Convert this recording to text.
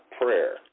prayer